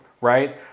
right